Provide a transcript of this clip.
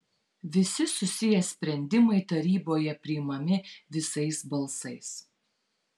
visi susiję sprendimai taryboje priimami visais balsais